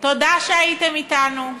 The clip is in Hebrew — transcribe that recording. תודה שהיית איתנו.